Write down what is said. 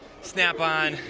snap on,